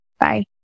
Bye